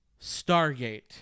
Stargate